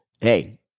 hey